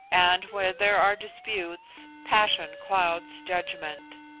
and where there are disputes, passion clouds judgment.